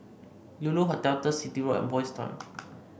Lulu Hotel Turf City Road and Boys' Town